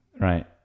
Right